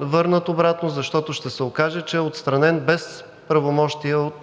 върнат обратно, защото ще се окаже, че е отстранен без правомощия от